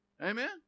Amen